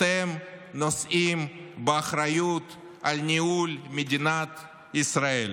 אתם נושאים באחריות לניהול מדינת ישראל.